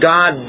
God